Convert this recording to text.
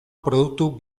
produktu